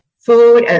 food, and